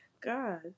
God